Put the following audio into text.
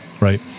right